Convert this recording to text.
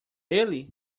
ele